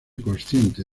consciente